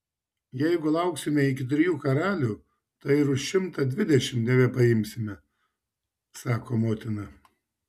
jeigu lauksime iki trijų karalių tai ir už šimtą dvidešimt nebepaimsime sako motina